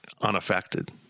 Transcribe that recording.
unaffected